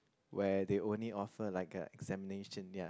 where they only offer like a examination ya